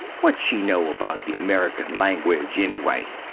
what she no about the american languidge ennyway?